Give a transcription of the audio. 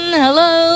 hello